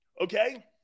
Okay